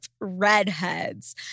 redheads